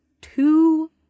two